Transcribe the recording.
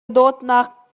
dawtnak